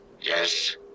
Yes